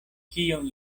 kion